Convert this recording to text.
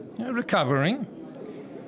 Recovering